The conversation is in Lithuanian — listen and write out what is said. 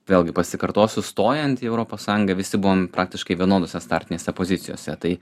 vėlgi pasikartosiu stojant į europos sąjungą visi buvom praktiškai vienodose startinėse pozicijose tai